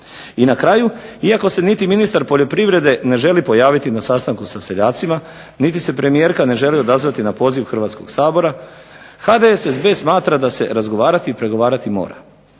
I na kraju, iako se niti ministar poljoprivrede ne želi pojaviti na sastanku sa seljacima, niti se premijerka ne želi odazvati na poziv Hrvatskog sabora, HDSSB smatra da se razgovarati i pregovarati mora.